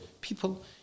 people